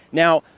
now,